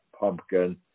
pumpkin